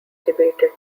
debated